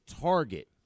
target